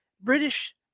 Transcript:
British